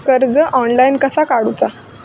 कर्ज ऑनलाइन कसा काडूचा?